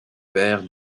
père